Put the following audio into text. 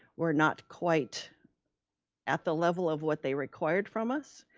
we're not quite at the level of what they required from us.